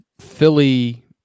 philly